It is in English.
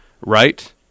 right